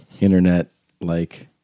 internet-like